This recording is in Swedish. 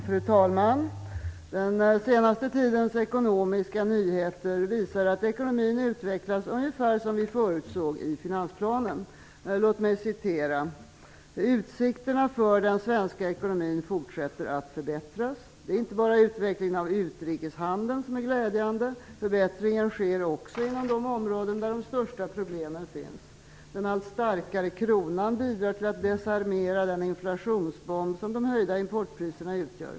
Fru talman! Den senste tidens ekonomiska nyheter visar att ekonomin utvecklas ungefär som vi förutsåg i finansplanen. Låt mig citera: ''Utsikterna för svensk ekonomi fortsätter att förbättras. Det är inte bara utvecklingen av utrikeshandeln som är glädjande. Förbättringar sker också inom de områden, där de största problemen finns. Den allt starkare svenska kronan bidrar till att desarmera den inflationsbomb, som de höjda importpriserna utgör.